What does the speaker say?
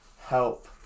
help